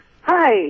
Hi